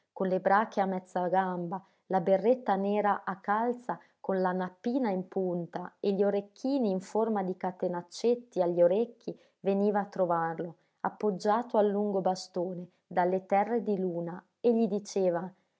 con le brache a mezza gamba la berretta nera a calza con la nappina in punta e gli orecchini in forma di catenaccetti agli orecchi veniva a trovarlo appoggiato al lungo bastone dalle terre di luna e gli diceva